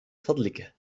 فضلك